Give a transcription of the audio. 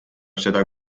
seda